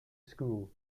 school